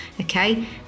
Okay